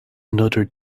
another